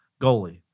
goalie